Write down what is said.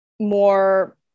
more